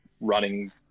running